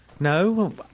No